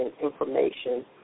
information